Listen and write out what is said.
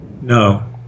No